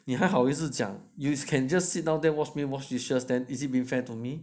你还好意思讲 you can just sit down there just watch me wash dishes then is it being fair to me